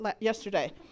yesterday